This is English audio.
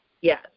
Yes